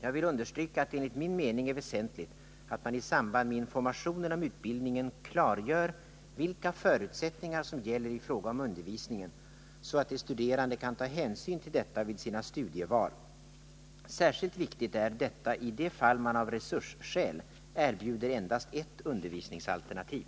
Jag vill stryka under att det enligt min mening är väsentligt att man i samband med informationen om utbildningen klargör vilka förutsättningar som gäller i fråga om undervisningen så att de studerande kan ta hänsyn till detta vid sina studieval. Särskilt viktigt är detta i de fall man av resursskäl erbjuder endast ett undervisningsalternativ.